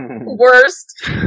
Worst